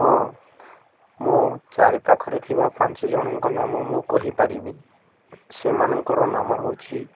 ହଁ ମୋ ଚାରିପାଖରେ ଥିବା ପାଞ୍ଚ ଜଣଙ୍କ ନାମ ମୁଁ କହିପାରିବି ସେମାନଙ୍କର ନାମ ହଉଛିି